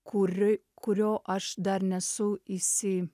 kurį kurio aš dar nesu isi